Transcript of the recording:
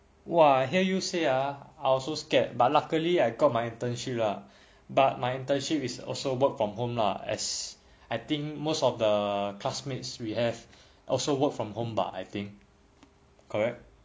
!wah! I hear you say ah I also scared but luckily I got my internship lah but my internship is also work from home lah as I think most of the classmates we have also work from home bah I think correct